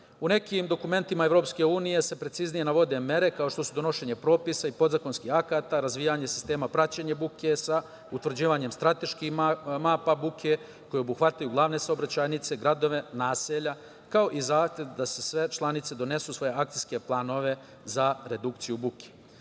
nekim dokumentima EU se preciznije navode mere kao što su donošenje propisa i podzakonskih akata, razvijanje sistema praćenja buke sa utvrđivanjem strateških mapa buke koje obuhvataju glavne saobraćajnice, gradove, naselja, kao i zahtev da sve članice donesu svoje akcijske planove za redukciju